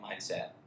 mindset